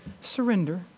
surrender